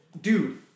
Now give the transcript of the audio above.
dude